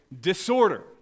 disorder